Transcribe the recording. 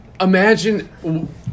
Imagine